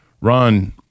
Ron